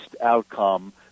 outcome